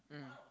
mm